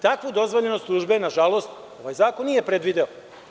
Takva dozvoljenost tužbe, nažalost, ovaj zakon nije predvideo.